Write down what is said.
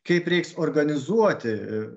kaip reiks organizuoti